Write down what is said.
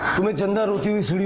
image and a huge